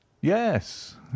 Yes